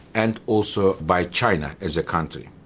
and also by china as a country.